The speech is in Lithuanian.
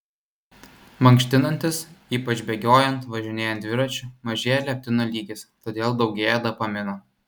mankštinantis ypač bėgiojant važinėjant dviračiu mažėja leptino lygis todėl daugėja dopamino